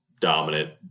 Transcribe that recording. dominant